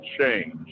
change